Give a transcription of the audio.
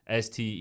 STE